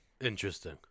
Interesting